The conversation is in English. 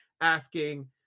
asking